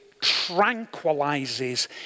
tranquilizes